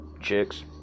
chicks